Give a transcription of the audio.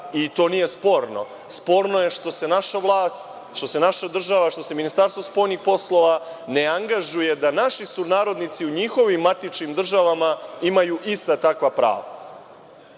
i to nije sporno. Sporno je što se naša vlast, što se naša država, što se Ministarstvo spoljnih poslova ne angažuje da naši sunarodnici u njihovim matičnim državama imaju ista takva prava. Zato